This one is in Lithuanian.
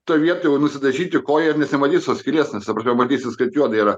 toj vietoj nusidažyti koją ir nesimatys tos skylės nes ta prasme matysis kad juoda yra